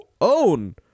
own